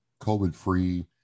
COVID-free